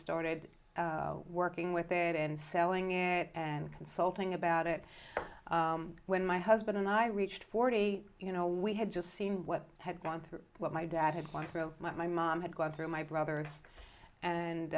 started working with it and selling it and consulting about it when my husband and i reached forty you know we had just seen what had gone through what my dad had gone through my mom had gone through my brother and